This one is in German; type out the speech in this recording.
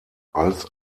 als